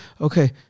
Okay